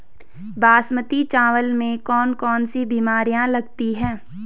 बासमती चावल में कौन कौन सी बीमारियां लगती हैं?